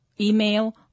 email